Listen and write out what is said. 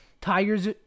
Tigers